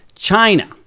china